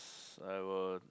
I will